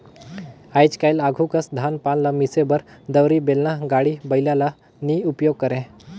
आएज काएल आघु कस धान पान ल मिसे बर दउंरी, बेलना, गाड़ी बइला ल नी उपियोग करे